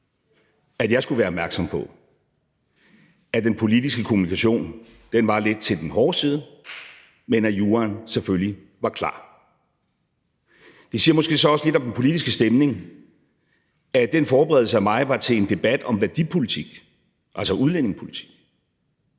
at jeg skulle være opmærksom på, at den politiske kommunikation var lidt til den hårde side, men at juraen selvfølgelig var klar. Det siger måske så også lidt om den politiske stemning, at den forberedelse af mig var til en debat om værdipolitik, altså udlændingepolitik,